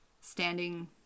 standing